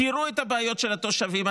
תראו את הבעיות של התושבים.